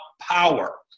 power